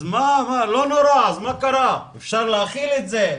אז לא נורא, אז מה קרה, אפשר להכיל את זה.